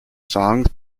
songs